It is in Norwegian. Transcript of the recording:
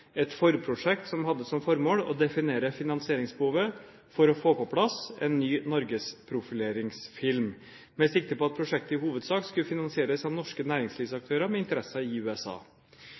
et forprosjekt, som hadde som formål å definere finansieringsbehovet for å få på plass en ny norgesprofileringsfilm, med sikte på at prosjektet i hovedsak skulle finansieres av norske næringslivsaktører med interesse i USA.